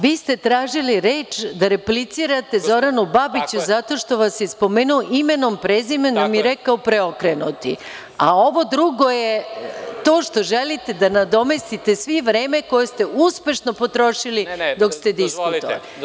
Vi ste tražili reč da replicirate Zoranu Babiću zato što vas je spomenuo imenom, prezimenom i rekao „preokrenuti“, a ovo drugo je to što želite da nadomestite svi vreme koje ste uspešno potrošili dok ste diskutovali.